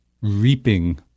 reaping